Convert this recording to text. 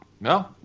no